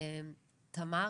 תמר?